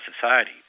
society